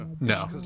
No